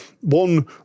one